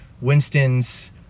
Winston's